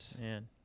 Man